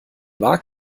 war